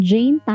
Jane